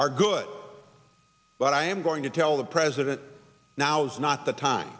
are good but i am going to tell the president now's not the time